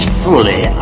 fully